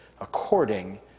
according